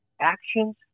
Actions